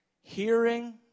hearing